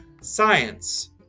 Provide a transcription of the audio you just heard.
Science